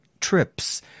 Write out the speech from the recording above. trips